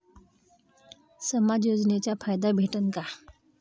समाज योजनेचा फायदा भेटन का?